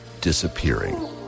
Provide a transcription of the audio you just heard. disappearing